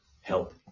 help